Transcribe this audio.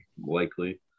likely